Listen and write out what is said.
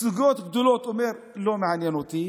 בסוגיות גדולות הוא אומר: לא מעניין אותי,